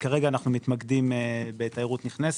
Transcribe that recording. כרגע אנחנו מתמקדים בתיירות נכנסת,